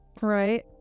Right